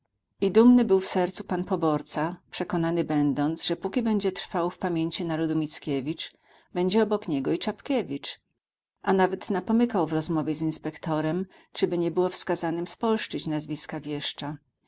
dumny był w sercu pan poborca przekonany będąc że póki będzie trwał w pamięci narodu mickiewicz będzie obok niego i czapkiewicz a nawet napomykał w rozmowie z inspektorem czyby nie było wskazanym spolszczyć nazwiska wieszcza